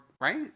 right